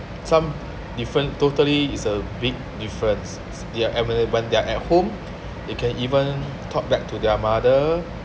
some different totally is a big difference s~ s~ they are and when they when they are at home they can even talk back to their mother